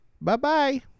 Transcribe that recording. Bye-bye